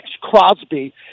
Crosby